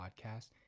podcast